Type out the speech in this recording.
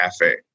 cafe